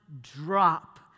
drop